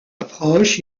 approche